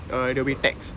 err they will be taxed